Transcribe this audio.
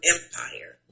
Empire